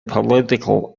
political